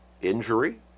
injury